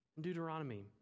Deuteronomy